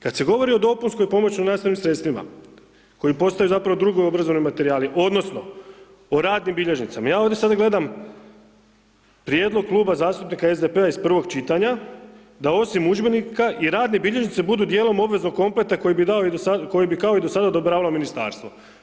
Kad se govori o dopunskim pomoćnim nastavnim sredstvima koji postaju zapravo drugi obrazovni materijali, odnosno o radnim bilježnicama, ja ovdje sada gledam, prijedlog kluba zastupnika SDP-a iz prvog čitanja, da osim udžbenika i radne bilježnice budu dijelom obveznog kompleta koji bi kao i do sada odobravalo ministarstvo.